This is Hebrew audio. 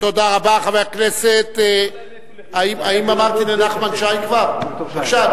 חבר הכנסת נחמן שי, בבקשה.